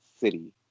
city